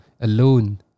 alone